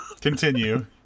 Continue